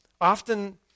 Often